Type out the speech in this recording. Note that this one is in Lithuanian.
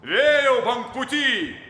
vėjau bangpūty